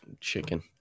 chicken